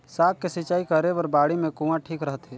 साग के सिंचाई करे बर बाड़ी मे कुआँ ठीक रहथे?